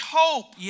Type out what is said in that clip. hope